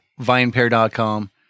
vinepair.com